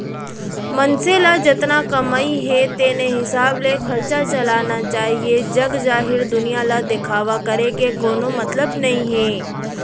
मनसे ल जतना कमई हे तेने हिसाब ले खरचा चलाना चाहीए जग जाहिर दुनिया ल दिखावा करे के कोनो मतलब नइ हे